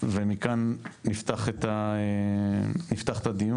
ומכאן נפתח את הדיון.